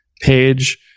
page